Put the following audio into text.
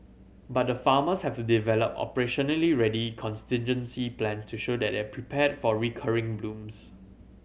but the farmers have to develop operationally ready contingency plan to show that they are prepared for recurring blooms